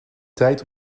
tijd